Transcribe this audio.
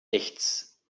nichts